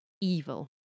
evil